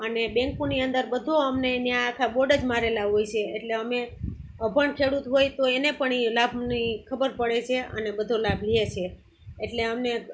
અને બેન્કોની અંદર બધું અમને ત્યાં આખા બોર્ડ જ મારેલા હોય છે એટલે અમે અભણ ખેડૂત હોઇ તો એને પણ ઇ લાભની ખબર પડે સે અને બધો લાભ લે છે એટલે અમને